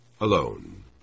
Alone